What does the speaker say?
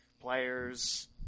players